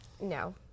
no